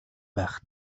байх